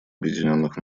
объединенных